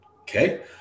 okay